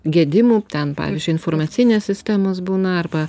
gedimų ten pavyzdžiui informacinės sistemos būna arba